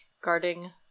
guarding